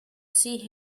see